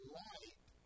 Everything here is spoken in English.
light